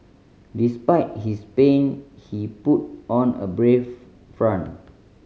despite his pain he put on a brave front